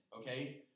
okay